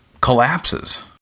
collapses